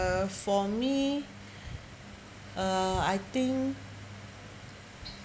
uh as for me uh I think